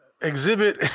exhibit